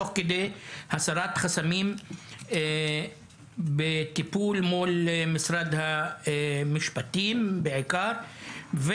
תוך כדי הסרת חסמים בטיפול מול משרד המשפטים בעיקר.